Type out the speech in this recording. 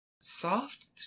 Soft